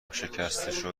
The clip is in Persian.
شکستشو